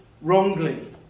wrongly